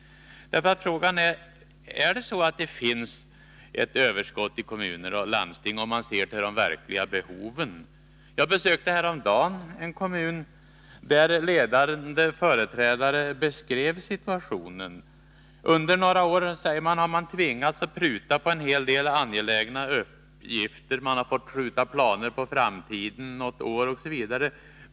Frågan blir: Är det så att det finns ett överskott i kommuner och landsting om man ser till de verkliga behoven? Jag besökte häromdagen en kommun där ledande företrädare beskrev situationen. Under några år, säger man, har man tvingats att pruta på en hel del angelägna uppgifter. Man har fått skjuta planer på framtiden något år osv.